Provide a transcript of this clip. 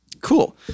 Cool